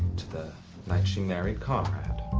to the night she married conrad.